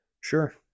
Sure